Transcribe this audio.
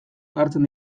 hartzen